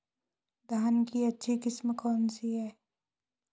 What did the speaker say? धान की अच्छी किस्म कौन सी है?